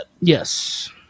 Yes